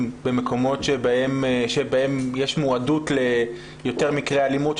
במקומות שבהם יש מועדות ליותר מקרי אלימות?